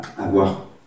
avoir